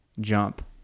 jump